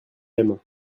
aimes